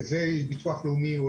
זה ביטוח לאומי,